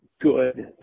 good